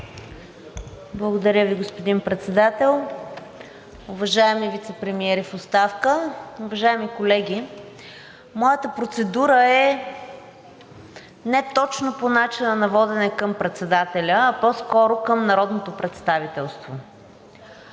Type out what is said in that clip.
Благодаря Ви, господин Председател. Уважаеми вицепремиери в оставка, уважаеми колеги! Моята процедура е не точно по начина на водене към председателя, а по-скоро към народното представителство.